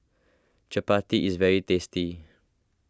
Chappati is very tasty